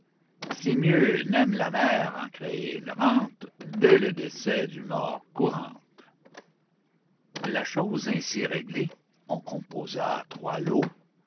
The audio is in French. si mieux n'aime la mère en créer une rente dès le décès du mort courante la chose ainsi réglée on composa trois lots